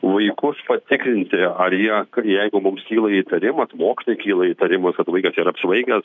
vaikus patikrinti ar jie jeigu mums kyla įtarimas mokytojai kyla įtarimas kad vaikas yra apsvaigęs